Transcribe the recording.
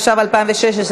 התשע"ו 2016,